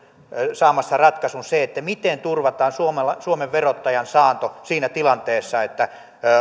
saamassa ratkaisun se miten turvataan suomen verottajan saanto siinä tilanteessa että